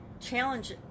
challenge